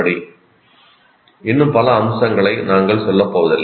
' இன்னும் பல அம்சங்களை நாங்கள் சொல்லப் போவதில்லை